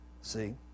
see